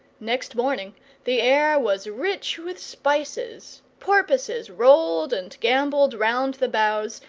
next morning the air was rich with spices, porpoises rolled and gambolled round the bows,